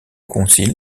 concile